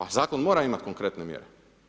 A zakon mora imati konkretne mjere.